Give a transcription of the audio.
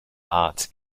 arts